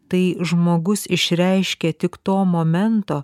tai žmogus išreiškia tik to momento